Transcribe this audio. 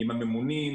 עם הממונים,